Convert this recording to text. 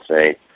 say